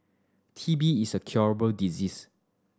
T B is a curable disease